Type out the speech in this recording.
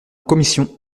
commission